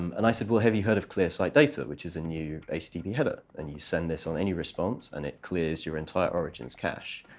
um and i said, well, have you heard of clear site data, which is a new http header? and you send this on any response, and it clears your entire origins cache.